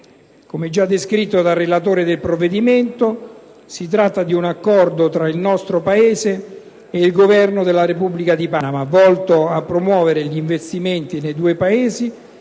Come già descritto dal relatore del provvedimento, si tratta della ratifica di un accordo tra il nostro Paese e il Governo della Repubblica di Panama volto a promuovere gli investimenti nei due Paesi,